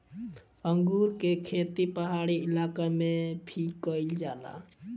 अंगूर के खेती पहाड़ी इलाका में भी कईल जाला